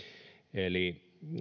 eli